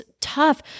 tough